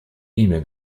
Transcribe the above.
имя